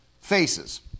faces